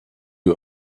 you